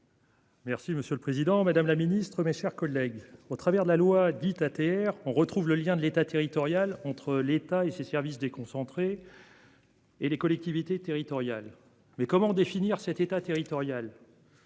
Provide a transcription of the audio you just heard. Merci, monsieur le Président Madame la Ministre, mes chers collègues, au travers de la loi dite la terre, on retrouve le lien de l'État, territorial entre l'État et ses services déconcentrés. Et les collectivités territoriales mais comment définir cet État territoriale.